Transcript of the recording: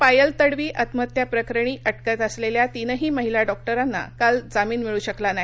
पायल तडवी आत्महत्या प्रकरणी अटकेत असलेल्या तीनही महिला डॉक्टरना काल जामीन मिळू शकला नाही